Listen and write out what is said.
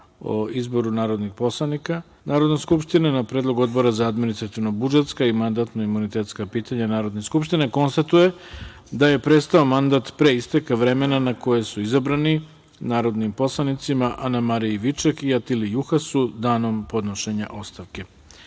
o izboru narodnih poslanika, Narodna skupština, na predlog Odbora za administrativno-budžetska i mandatno-imunitetska pitanja Narodne skupštine, konstatuje da je prestao mandat pre isteka vremena na koje su izabrani narodnim poslanicima Ana Mariji Viček i Atili Juhasu, danom podnošenja ostavke. Saglasno